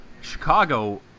Chicago